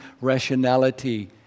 rationality